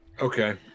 Okay